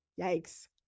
Yikes